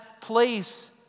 place